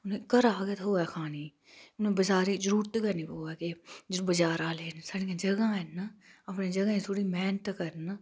घरा गै थ्होऐ खाने गी बज़ारै दी जरूरत गै नीं पोऐ किछ बजारा दा लैने दी साढ़ियां जगह् ऐ नी अपनी जगह् पर थोह्ड़ी मैह्नत करन